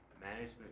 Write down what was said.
management